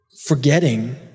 forgetting